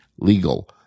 Legal